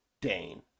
Dane